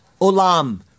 olam